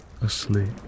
asleep